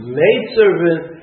maidservant